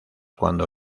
cuando